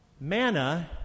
Manna